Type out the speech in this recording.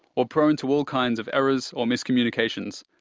or prone to all kinds of errors or miscommunications,